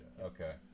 okay